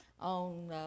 On